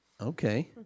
Okay